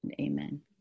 Amen